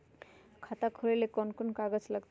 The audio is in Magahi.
खाता खोले ले कौन कौन कागज लगतै?